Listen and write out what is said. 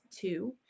two